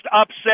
upset